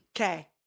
Okay